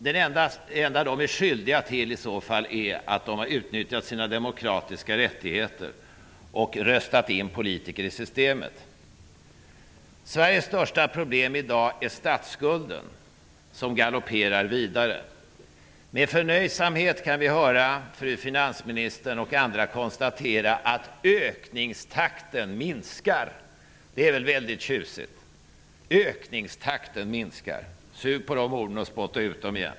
Det enda de är skyldiga till är att de har utnyttjat sina demokratiska rättigheter och röstat in politiker i systemet. Sveriges största problem i dag är statsskulden. Den galopperar vidare. Med förnöjsamhet kan vi höra fru finansministern och andra konstatera att ökningstakten minskar. Det är väl tjusigt? Ökningstakten minskar. Sug på de orden, och spotta ut dem!